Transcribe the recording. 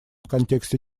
контексте